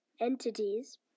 entities